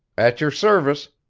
at your service,